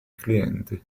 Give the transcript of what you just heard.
clienti